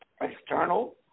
external